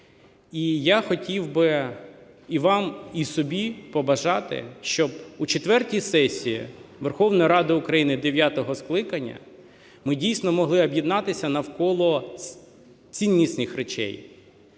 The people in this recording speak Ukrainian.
І я хотів би і вам, і собі побажати, щоб у четвертій сесії Верховної Ради України дев'ятого скликання ми дійсно могли об'єднатися навколо ціннісних речей